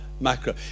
macro